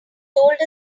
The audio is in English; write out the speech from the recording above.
told